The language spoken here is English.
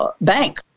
bank